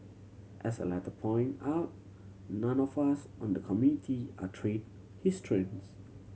as the letter point out none of us on the Community are trained historians